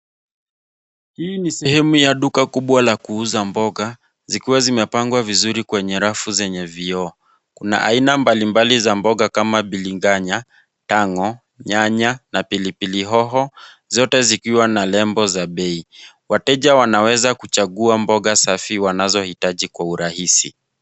Hii ni sehemu ya duka kubwa la kuuza mboga zikiwa zimepangwa vizuri kwenye rafu zenye vioo. Kuna aina mbalimbali za mboga kama biringanya, tango, nyanya na pilipili hoho zote zikiwa na lebo za bei. Wateja wanaweza kuchagua mboga safi wanazohitaji kwa urahisi.